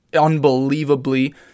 unbelievably